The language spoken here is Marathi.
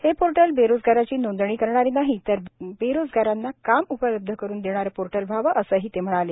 हे पोर्टल बेरोजगाराची नोंदणी करणारे नाही तर बेरोजगारांना काम उपलब्ध करून देणारे पोर्टल व्हावे असंही ते म्हणाले